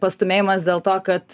pastūmėjimas dėl to kad